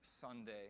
Sunday